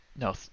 no